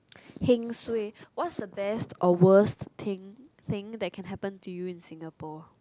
what's the best or worst thing thing that can happen to you in Singapore